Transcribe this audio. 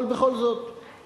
אבל בכל זאת,